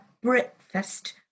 breakfast